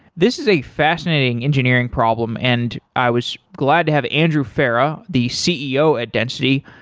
this is a fascinating engineering problem and i was glad to have andrew farah, the ceo at density,